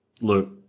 look